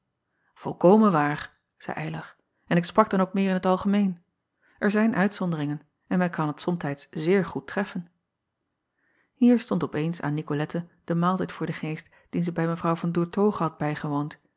olkomen waar zeî ylar en ik sprak dan ook meer in t algemeen r zijn uitzonderingen en men kan het somtijds zeer goed treffen ier stond op eens aan icolette de maaltijd voor den geest dien zij bij evrouw an oertoghe had bijgewoond